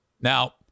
Now